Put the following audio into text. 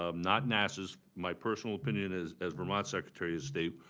um not nass's, my personal opinion as as vermont secretary of state,